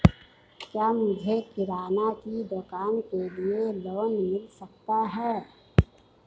क्या मुझे किराना की दुकान के लिए लोंन मिल सकता है?